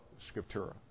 scriptura